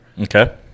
Okay